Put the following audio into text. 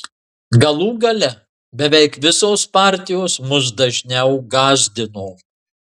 galų gale beveik visos partijos mus dažniau gąsdino